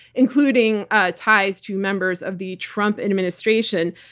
including ah ties to members of the trump administration.